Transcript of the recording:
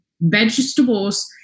vegetables